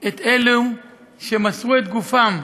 את אלה שמסרו את גופם,